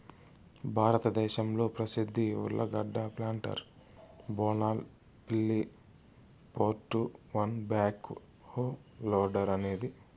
భారతదేశంలో ప్రసిద్ధ ఉర్లగడ్డ ప్లాంటర్ బోనాల్ పిల్లి four two one backhoe loader అనేది